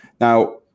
Now